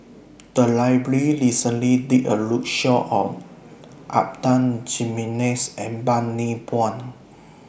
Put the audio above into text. The Library recently did A roadshow on Adan Jimenez and Bani Buang